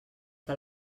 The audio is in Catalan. que